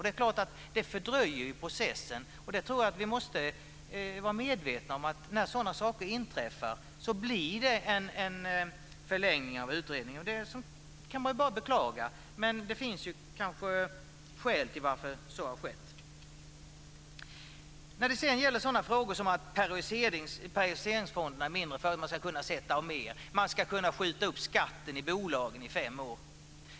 Det är klart att det fördröjer processen. Jag tror att vi måste vara medvetna om att när sådana saker inträffar blir det en förlängning av utredningen. Det kan man bara beklaga. Men det finns kanske skäl till att så har skett. När det sedan gäller sådana frågor som periodiseringsfonderna i mindre företag föreslås det att man ska kunna sätta av mer, man ska kunna skjuta upp skatten i bolagen i fem år.